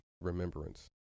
remembrance